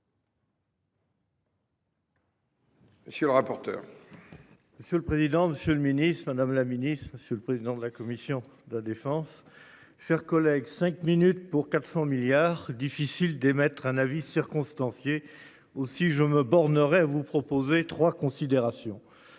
Monsieur le rapporteur. Monsieur le président, Monsieur le Ministre Madame la Ministre, Monsieur le président de la commission de la défense sert collègue cinq minutes pour 400 milliards. Difficile d'émettre un avis circonstancié aussi si je me bornerai à vous proposer 3 considération.